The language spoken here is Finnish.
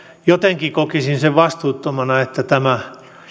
jotenkin kokisin sen vastuuttomana että tämä